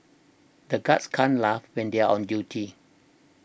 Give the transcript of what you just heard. the guards can't laugh when they are on duty